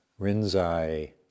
Rinzai